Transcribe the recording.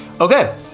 Okay